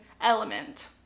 element